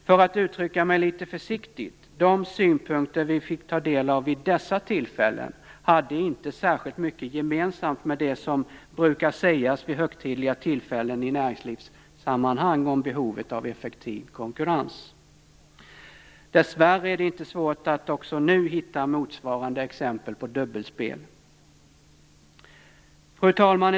För att uttrycka mig litet försiktigt: De synpunkter vi fick ta del av vid dessa tillfällen hade inte särskilt mycket gemensamt med det som brukar sägas vid högtidliga tillfällen i näringslivssammanhang om behovet av effektiv konkurrens. Dessvärre är det inte svårt att också nu hitta motsvarande exempel på dubbelspel. Fru talman!